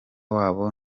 wabo